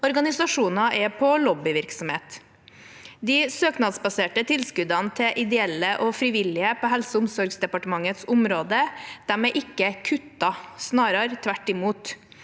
organisasjoner er på lobbyvirksomhet. De søknadsbaserte tilskuddene til ideelle og frivillige på Helse- og omsorgsdepartementets område er ikke kuttet, snarere tvert imot,